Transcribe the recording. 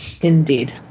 Indeed